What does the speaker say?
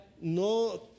no